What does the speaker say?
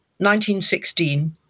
1916